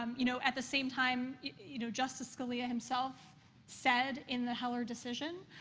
um you know, at the same time, you know, justice scalia himself said, in the heller decision,